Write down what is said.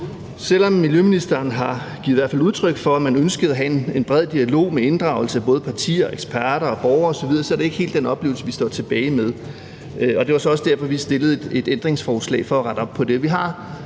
selv om miljøministeren i hvert fald har givet udtryk for, at man ønskede at have en bred dialog med inddragelse af både partier, eksperter og borgere osv., er det ikke helt den oplevelse, vi står tilbage med, og det var så også derfor, vi stillede et ændringsforslag for at rette op på det. Der